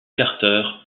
carter